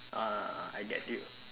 ah I get you